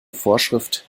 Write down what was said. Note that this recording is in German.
vorschrift